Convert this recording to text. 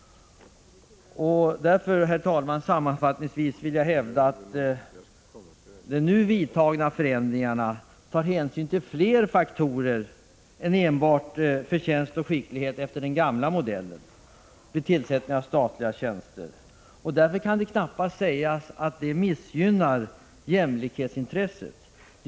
Därför vill jag, herr talman, sammanfattningsvis hävda att de nu vidtagna förändringarna tar hänsyn till fler faktorer än enbart förtjänst och Prot. 1985/86:141 skicklighet enligt den gamla modellen vid tillsättning av statliga tjänster. 14 maj 1986 Därför kan det knappast sägas att förslaget missgynnar jämlikhetsintresset.